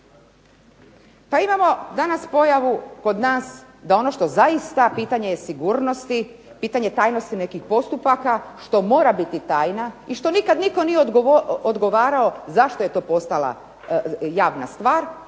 Pa imamo danas pojavu kod nas da ono što zaista pitanje je sigurnosti, pitanje tajnosti nekih postupaka što mora biti tajna i što nikad nitko nije odgovarao zašto je to postala javna stvar